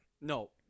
No